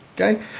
okay